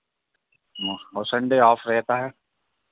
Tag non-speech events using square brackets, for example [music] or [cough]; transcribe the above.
[unintelligible] और Sunday off रहता है